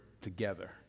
together